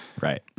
Right